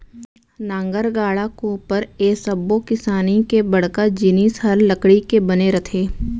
नांगर, गाड़ा, कोपर ए सब्बो किसानी के बड़का जिनिस हर लकड़ी के बने रथे